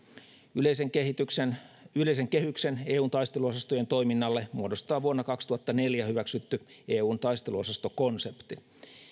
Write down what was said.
yleisen kehyksen yleisen kehyksen eun taisteluosastojen toiminnalle muodostaa vuonna kaksituhattaneljä hyväksytty eun taisteluosastokonsepti